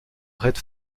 red